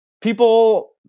people